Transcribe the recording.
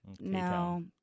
no